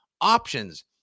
options